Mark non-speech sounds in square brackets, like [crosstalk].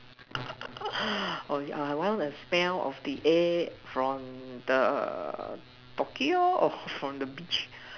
[breath] or yeah one of the smell of the air from the Tokyo or from the beach